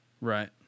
Right